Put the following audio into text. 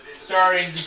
Sorry